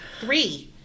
three